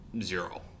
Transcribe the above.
zero